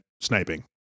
sniping